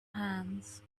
hands